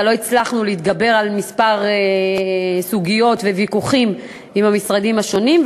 אבל לא הצלחנו להתגבר על כמה סוגיות וויכוחים עם המשרדים השונים,